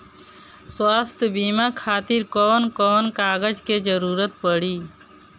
स्वास्थ्य बीमा खातिर कवन कवन कागज के जरुरत पड़ी?